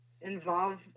involve